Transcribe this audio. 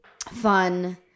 fun